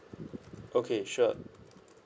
okay sure